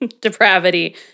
depravity